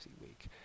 week